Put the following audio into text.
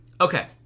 Okay